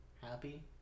happy